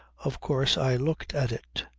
of course i looked at it.